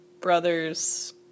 brothers